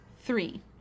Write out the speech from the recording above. three